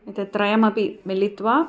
तत् त्रयमपि मिलित्वा